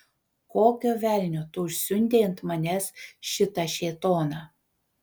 kokio velnio tu užsiundei ant manęs šitą šėtoną